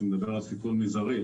שמדבר על סיכון מזערי,